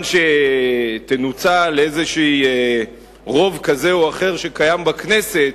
שינוצל איזושהי רוב כזה או אחר שקיים בכנסת,